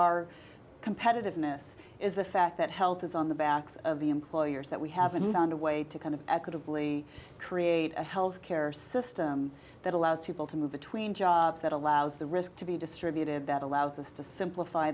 our competitiveness is the fact that health is on the backs of the employers that we haven't found a way to kind of equitably create a health care system that allows people to move between jobs that allows the risk to be distributed that allows us to simplify